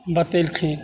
बतेलखिन